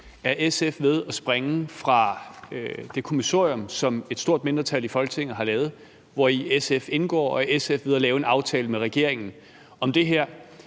Er SF ved at springe fra det kommissorium, som et stort mindretal i Folketinget har lavet, hvori SF indgår, og er SF ved at lave en aftale med regeringen om det her?